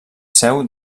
seu